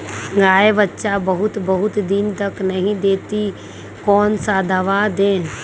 गाय बच्चा बहुत बहुत दिन तक नहीं देती कौन सा दवा दे?